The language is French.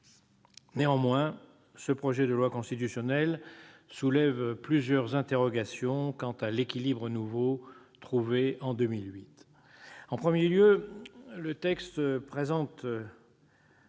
Néanmoins, ce projet de loi constitutionnelle soulève plusieurs interrogations quant à l'équilibre nouveau trouvé en 2008. En premier lieu, le texte présenté